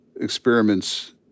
experiments